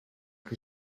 que